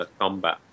combat